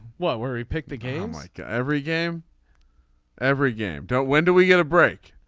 what where we pick the game like every game every game. don't when do we get a break.